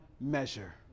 measure